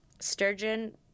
sturgeon